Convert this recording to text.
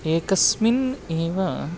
एकस्मिन् एव